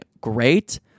great